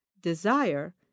Desire